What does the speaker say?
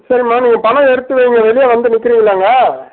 சரிம்மா நீங்கள் பணம் எடுத்து வைங்க வெளியே வந்து நிக்குறீங்களா அங்கே